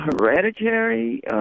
hereditary